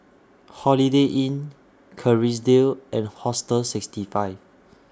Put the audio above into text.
Holiday Inn Kerrisdale and Hostel sixty five